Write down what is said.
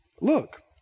look